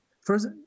First